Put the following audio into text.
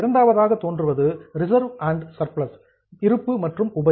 இரண்டாவதாக தோன்றுவது reserve and surplus இருப்பு மற்றும் உபரி